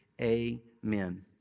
amen